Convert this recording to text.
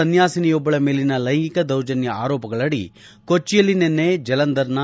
ಸನ್ಯಾಸಿಯೊಬ್ಬಳ ಮೇಲಿನ ಲೈಂಗಿಕ ದೌರ್ಜನ್ಯ ಆರೋಪಗಳಡಿ ಕೊಚ್ಚಿಯಲ್ಲಿ ನಿನ್ನೆ ಜಲಂಧರ್ನ